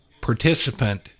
participant